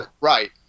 right